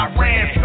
Iran